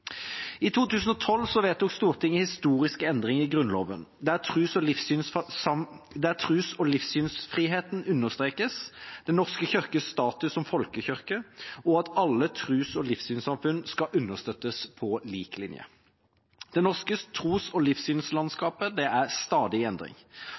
i menneskets liv. I 2012 vedtok Stortinget historiske endringer i Grunnloven, der tros- og livssynsfriheten understrekes, at Den norske kirke har status som folkekirke, og at alle tros- og livssynssamfunn skal understøttes på lik linje. Det norske tros- og